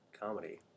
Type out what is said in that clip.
comedy